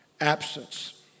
Absence